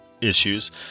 issues